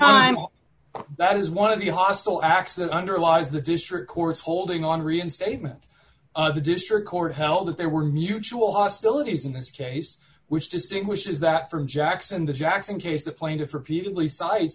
i'm that is one of the hostile acts that underlies the district court's holding on reinstatement of the district court held that there were mutual hostilities in this case which distinguishes that from jackson the jackson case the plaintiff repeatedly cite